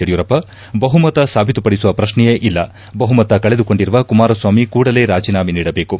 ಯಡಿಯೂರಪ್ಪ ಬಹುಮತ ಸಾಬೀತುಪಡಿಸುವ ಪ್ರಶ್ನೆಯೇ ಇಲ್ಲ ಬಹುಮತ ಕಳೆದುಕೊಂಡಿರುವ ಕುಮಾರಸ್ವಾಮಿ ಕೂಡಲೇ ರಾಜೀನಾಮೆ ನೀಡಬೇಕು